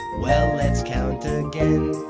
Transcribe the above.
well let's count again.